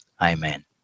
amen